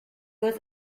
was